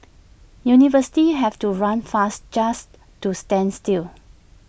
universities have to run fast just to stand still